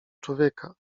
człowieka